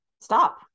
stop